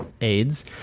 AIDS